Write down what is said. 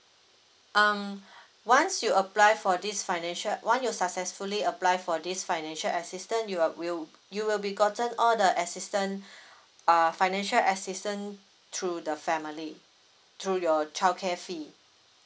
um once you apply for this financial once you successfully apply for this financial assistance you'll will you will be gotten all the assistance err financial assistance through the family through your childcare fee